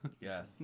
Yes